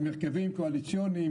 עם הרכבים קואליציוניים,